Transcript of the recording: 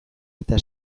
eta